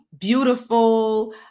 beautiful